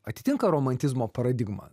atitinka romantizmo paradigmą